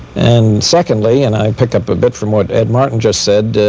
and secondly, and i pick up a bit from what ed martin just said,